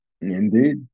indeed